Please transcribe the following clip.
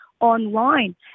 online